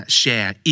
share